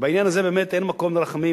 ובעניין הזה באמת אין מקום לרחמים.